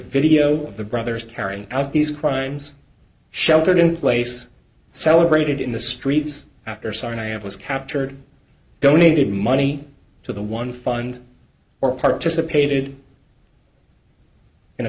video of the brothers carrying out these crimes sheltered in place celebrated in the streets after sinai and was captured donated money to the one fund or participated in a